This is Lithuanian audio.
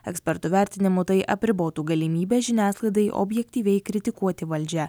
ekspertų vertinimu tai apribotų galimybę žiniasklaidai objektyviai kritikuoti valdžią